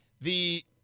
the-